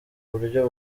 buryo